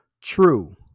True